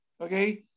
Okay